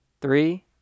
Three